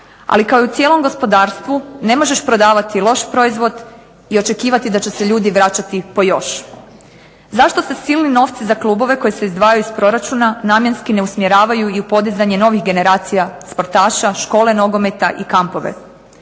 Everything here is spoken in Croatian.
Ali, kao i u cijelom gospodarstvu ne možeš prodavati loš proizvod i očekivati da će se ljudi vraćati po još. Zašto se silni novci za klubove koji se izdvajaju iz proračuna namjenski ne usmjeravaju i u podizanje novih generacija sportaša, škole nogometa i kampove?